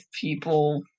people